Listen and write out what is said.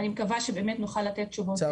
אני מקווה שנוכל לתת תשובות בהקדם.